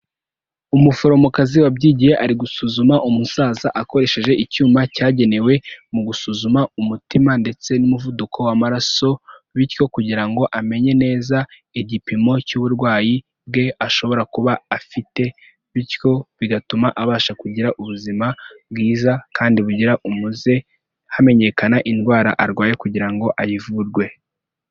Umuforomokazi wabyigiye ari gusuzuma umusaza akoresheje icyuma cyagenewe mu gusuzuma umutima ndetse n'umuvuduko w'amaraso bityo kugira ngo amenye neza igipimo cy'uburwayi bwe ashobora kuba afite bityo bigatuma abasha kugira ubuzima bwiza kandi bugira umuze hamenyekana indwara arwaye kugira ngo ayivurwe.